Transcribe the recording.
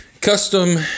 Custom